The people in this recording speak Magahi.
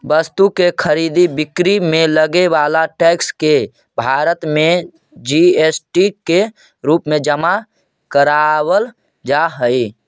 वस्तु के खरीद बिक्री में लगे वाला टैक्स के भारत में जी.एस.टी के रूप में जमा करावल जा हई